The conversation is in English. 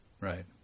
right